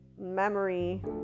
memory